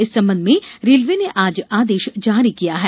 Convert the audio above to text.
इस संबंध में रेलये ने आज आदेश जारी किया है